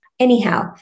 Anyhow